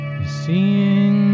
Seeing